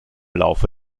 laufe